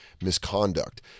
misconduct